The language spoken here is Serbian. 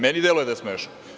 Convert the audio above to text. Meni deluje da je smešno.